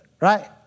right